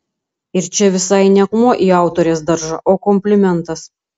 ir čia visai ne akmuo į autorės daržą o komplimentas